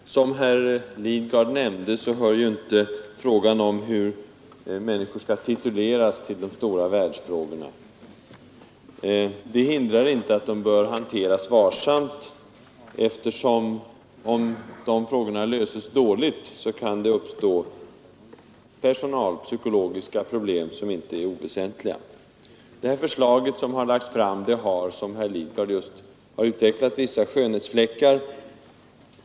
Herr talman! Som herr Lidgard nämnde hör inte frågan om hur människor skall tituleras till de stora världsfrågorna. Det hindrar inte att sådana spörsmål bör hanteras varsamt, eftersom det, om de löses dåligt, kan uppstå personalpsykologiska problem som inte är oväsentliga. Det förslag som har lagts fram har, som herr Lidgard har sagt, vissa skönhetsfläckar.